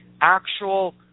actual